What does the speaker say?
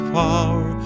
power